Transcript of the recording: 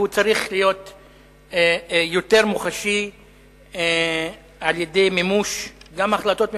והוא צריך להיות יותר מוחשי גם על-ידי מימוש החלטות ממשלה,